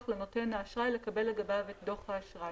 לנותן האשראי לקבל לגביו את דוח האשראי.